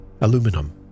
aluminum